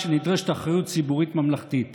אתם התחייבתם להקים קבינט פיוס לאומי.